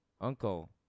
uncle